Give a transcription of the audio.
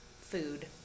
food